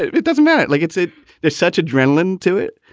it it doesn't matter. like it's it there's such adrenaline to it.